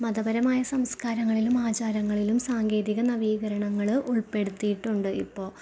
മതപരമായ സംസ്കാരങ്ങളിലും ആചാരങ്ങളിലും സാങ്കേതിക നവീകരണങ്ങള് ഉള്പ്പെടുത്തിയിട്ടുണ്ട് ഇപ്പോൾ